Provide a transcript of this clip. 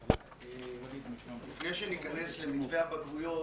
לפני שניכנס למתווה הבגרויות,